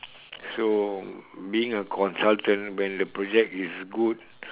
so being a consultant when the project is good